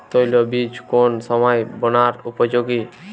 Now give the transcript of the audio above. তৈল বীজ কোন সময় বোনার উপযোগী?